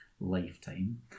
lifetime